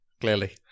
clearly